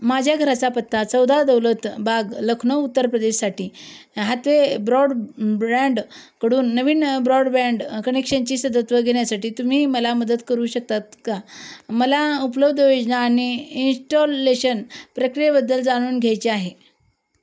माझ्या घराचा पत्ता चौदा दौलत बाग लखनौ उत्तर प्रदेशसाठी हॅतवे ब्रॉडब्रँडकडून नवीन ब्रॉडबँड कनेक्शनची सदस्यत्व घेण्यासाठी तुम्ही मला मदत करू शकतात का मला उपलब्ध योजना आणि इंस्टॉलेशन प्रक्रियेबद्दल जाणून घ्यायचे आहे